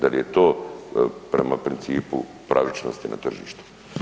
Da li je to prema principu pravičnosti na tržištu?